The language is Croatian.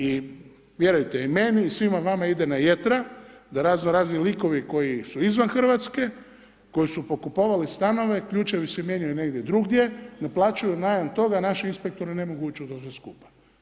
I vjerujte, i meni i svima vama ide na jetra da raznorazni likovi koji su izvan Hrvatske, koji su pokupovali stanove, ključevi se mijenjaju negdje drugdje, ne plaćaju najam toga, naši inspektori ne mogu ući u to sve skupa.